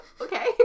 Okay